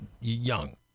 young